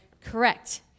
correct